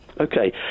Okay